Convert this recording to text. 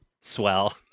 Swell